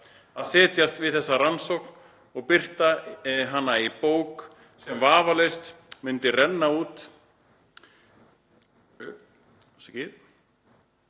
að setjast við þessa rannsókn og birta hana í bók sem vafalaust myndi renna út